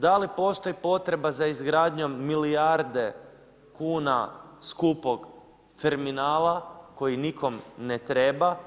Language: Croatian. Da li postoji potreba za izgradnjom milijarde kuna skupog terminala kojeg nitko ne treba?